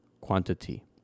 quantity